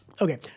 Okay